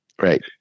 Right